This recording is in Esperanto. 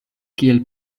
kiel